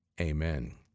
Amen